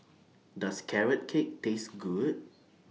Does Carrot Cake Taste Good